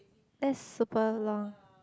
that's super long